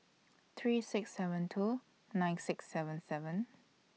three six seven two nine six seven seven